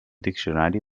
diccionari